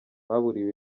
baburiwe